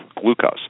glucose